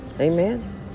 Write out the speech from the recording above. Amen